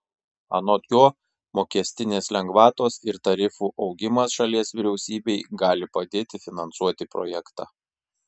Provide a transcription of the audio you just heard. anot jo mokestinės lengvatos ir tarifų augimas šalies vyriausybei gali padėti finansuoti projektą